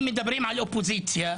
אם מדברים על אופוזיציה,